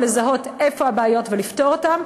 לזהות איפה הבעיות ולפתור אותן,